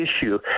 issue